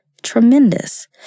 tremendous